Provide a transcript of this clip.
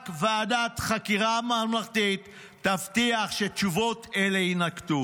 רק ועדת חקירה ממלכתית תבטיח שתשובות אלה יינתנו".